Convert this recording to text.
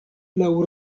laŭ